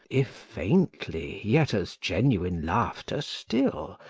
if faintly, yet as genuine laughter still,